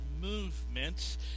movement